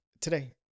Today